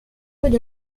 with